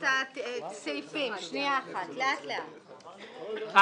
לתיקון פקודת מסי העירייה ומסי הממשלה (פטורין) (מס' 31)